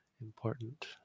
important